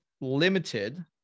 limited